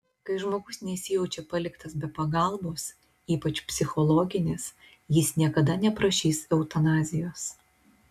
kai žmogus nesijaučia paliktas be pagalbos ypač psichologinės jis niekada neprašys eutanazijos